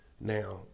Now